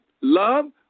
love